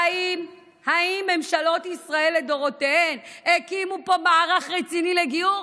האם ממשלות ישראל לדורותיהן הקימו פה מערך רציני לגיור?